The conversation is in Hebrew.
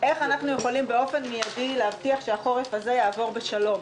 איך אנחנו יכולים באופן מיידי להבטיח שהחורף הזה יעבור בשלום?